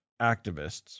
activists